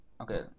Okay